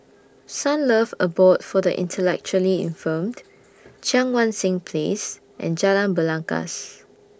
Sunlove Abode For The Intellectually Infirmed Cheang Wan Seng Place and Jalan Belangkas